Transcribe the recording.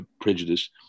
prejudice